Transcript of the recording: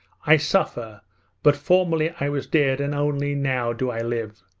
i suffer but formerly i was dead and only now do i live.